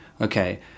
Okay